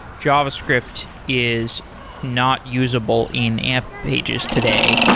javascript is not usable in amp pages today,